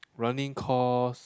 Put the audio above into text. running cost